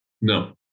No